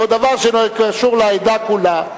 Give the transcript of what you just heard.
פה הדבר קשור לעדה כולה,